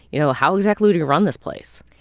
you know, how exactly do we run this place?